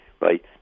right